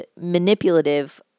manipulative